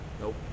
Nope